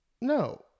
No